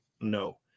No